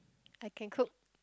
I can cook